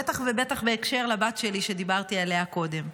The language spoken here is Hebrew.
בטח ובטח בהקשר של הבת שלי שדיברתי עליה קודם,